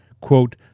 quote